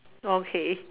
oh okay